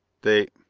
they.